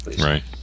Right